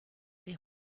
des